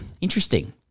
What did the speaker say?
Interesting